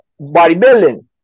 bodybuilding